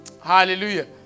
Hallelujah